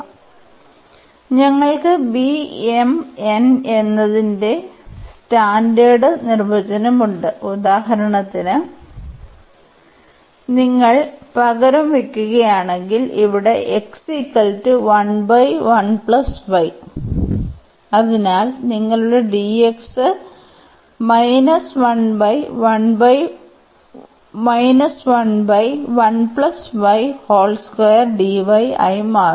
അതിനാൽ ഞങ്ങൾക്ക് എന്നതിന്റെ സ്റ്റാൻഡേർഡ് നിർവചനം ഉണ്ട് ഉദാഹരണത്തിന് നിങ്ങൾ പകരം വയ്ക്കുകയാണെങ്കിൽ ഇവിടെ അതിനാൽ നിങ്ങളുടെ dx ആയി മാറും